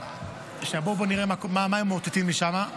בואו נראה מה הם מאותתים לי שם.